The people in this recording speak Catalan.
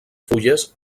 fulles